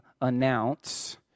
announce